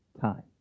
Time